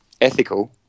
ethical